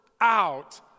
out